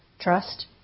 Trust